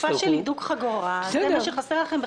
בתקופה של הידוק חגורה זה מה שחסר לכם?